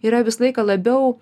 yra visą laiką labiau